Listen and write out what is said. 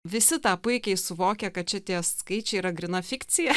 visi tą puikiai suvokia kad šitie skaičiai yra gryna fikcija